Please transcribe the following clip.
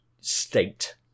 state